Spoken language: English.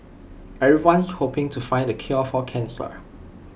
everyone's hoping to find the cure for cancer